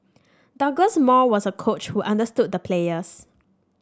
Douglas Moore was a coach who understood the players